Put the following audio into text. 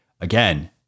again